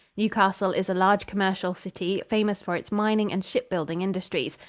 newcastle is a large commercial city, famous for its mining and shipbuilding industries,